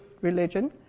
religion